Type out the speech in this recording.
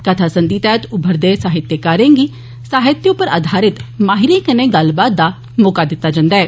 कथा संधि तैहत उभरदे साहित्यकारें गी साहित्य उप्पर आधारित माहिरें कन्नै गल्लबात दा मौका दित्ता जंदा ऐ